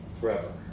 Forever